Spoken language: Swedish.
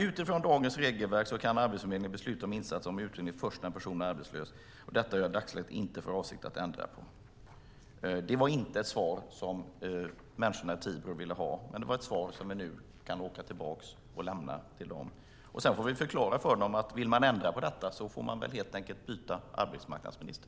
"Utifrån dagens regelverk kan Arbetsförmedlingen besluta om insatser som utbildning först när en person är arbetslös. Detta har jag i dagsläget inte för avsikt att ändra." Det var inte ett svar som människorna i Tibro ville ha, men det är ett svar som vi nu kan åka tillbaka och ge till dem. Sedan får vi förklara för dem att vill man ändra på detta får man väl helt enkelt byta arbetsmarknadsminister.